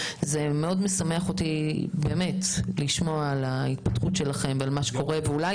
זה מאוד משמח אותי לשמוע על ההתפתחות שלכם ואולי